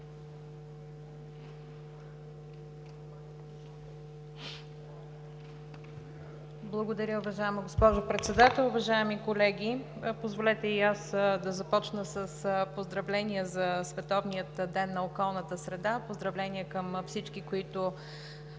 Благодаря, уважаема госпожо Председател! Уважаеми колеги, позволете и аз да започна с поздравления за Световния ден на околната среда – поздравления към всички, които